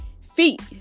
Feet